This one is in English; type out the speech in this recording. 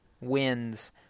wins